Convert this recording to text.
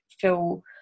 feel